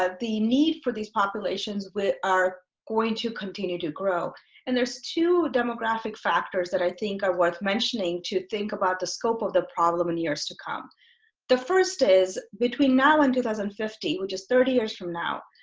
ah the need for these populations we are going to continue to grow and there's two demographic factors that i think are worth mentioning to think about the scope of the problem in years to come the first is between now and two thousand and fifty which is thirty years from now,